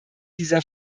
dieser